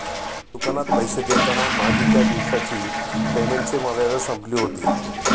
दुकानात पैसे देताना माझी त्या दिवसाची पेमेंटची मर्यादा संपली होती